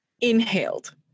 inhaled